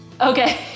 Okay